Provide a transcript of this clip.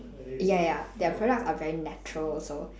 ya ya their products are very natural also